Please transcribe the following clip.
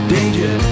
Danger